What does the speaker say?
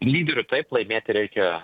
lyderiu taip laimėti reikia